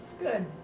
Good